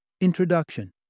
Introduction